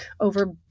over